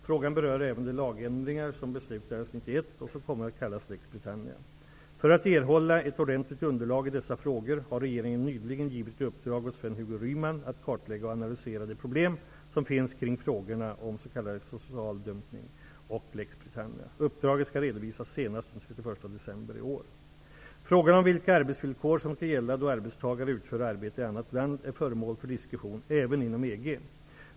Frågan berör även de lagändringar som beslutades 1991 och som kommit att kallas lex Britannia. För att erhålla ett ordentligt underlag i dessa frågor har regeringen nyligen givit i uppdrag åt Sven-Hugo Ryman att kartlägga och analysera de problem som finns kring frågorna om s.k. social dumpning och lex Britannia. Uppdraget skall redovisas senast den 31 Frågan om vilka arbetsvillkor som skall gälla då arbetstagare utför arbete i annat land är föremål för diskussion även inom EG.